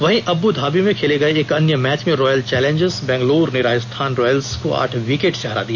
वहीं अब्रधाबी में खेले गए एक अन्य मैच में रॉयल चैलेंजर्स बंगलौर ने राजस्थान रॉयल्स को आठ विकेट से हरा दिया